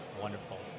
Wonderful